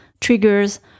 triggers